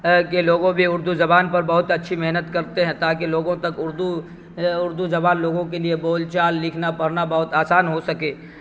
کے لوگوں بھی اردو زبان پر بہت اچھی محنت کرتے ہیں تاکہ لوگوں تک اردو اردو زبان لوگوں کے لیے بول چال لکھنا پڑھنا بہت آسان ہو سکے